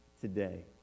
today